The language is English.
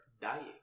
dying